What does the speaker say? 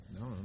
No